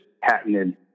patented